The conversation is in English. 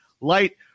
Light